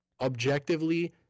objectively